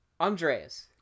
Andreas